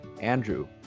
Andrew